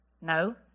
No